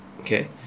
okay